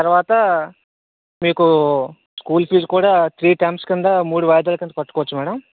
తర్వాత మీకు school fees కూడా త్రీ టైమ్స్ కింద మూడు వాయిదాలు కింద కట్టుకోవచ్చు మేడం